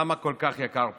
למה כל כך יקר פה,